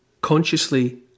consciously